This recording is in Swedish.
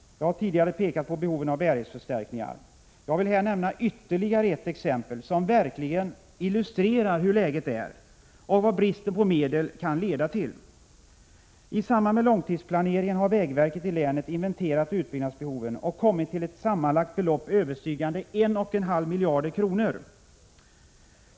Jag har tidigare pekat på behoven av bärighetsförstärkningar. Jag vill här nämna ytterligare ett exempel som verkligen illustrerar hur läget är och vad bristen på medel kan leda till. I samband med långtidsplaneringen har vägverket i länet inventerat utbyggnadsbehoven och kommit fram till ett sammanlagt belopp överstigande 1,5 miljarder kronor.